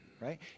right